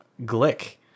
Glick